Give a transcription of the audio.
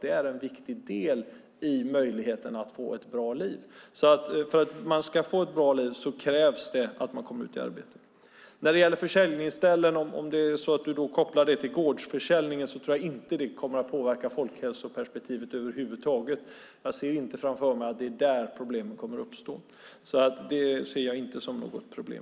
Det är en viktig del i möjligheten att få ett bra liv. För att man ska få ett bra liv krävs att man kommer ut i arbete. Vad gäller försäljningsställen, ifall Gunvor G Ericson kopplar det till gårdsförsäljningen, tror jag inte att det kommer att påverka folkhälsoperspektivet över huvud taget. Jag tror inte att det är där problem kommer att uppstå. Det ser jag alltså inte som något problem.